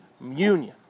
union